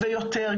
ויותר.